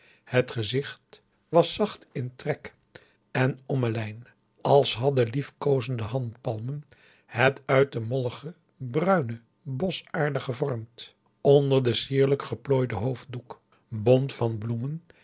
het gezicht was zacht in trek en ommelijn als hadden liefkoozende handpalmen het uit de mollige bruine boschaarde gevormd onder den sierlijk geplooiden hoofddoek bont van bloemen